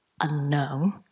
unknown